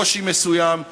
קושי מסוים,